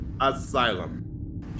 asylum